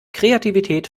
kreativität